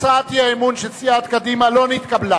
הצעת האי-האמון של סיעת קדימה לא נתקבלה.